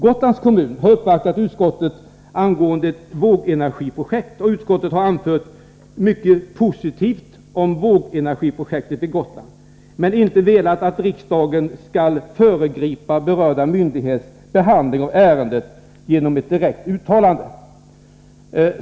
Gotlands kommun har uppvaktat utskottet angående ett vågenergiprojekt, och utskottet har anfört mycket positivt om vågenergiprojektet vid Gotland men inte velat att riksdagen skall föregripa berörda myndigheters behandling av ärendet genom ett direkt uttalande.